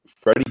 Freddie